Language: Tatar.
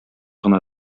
гына